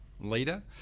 leader